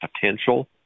potential